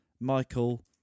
Michael